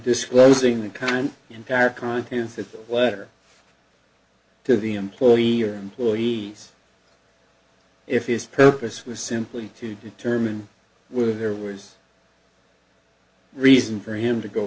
kind the entire contents of the letter to the employee or employees if his purpose was simply to determine whether there was reason for him to go